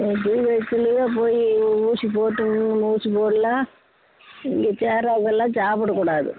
ம் ஜிஹெச்சிலையே போய் ஊசி போட்டும் மூணு ஊசி போடல நீங்கள் சேர்ராததுலாம் சாப்பிடக் கூடாது